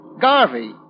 Garvey